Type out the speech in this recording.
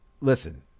Listen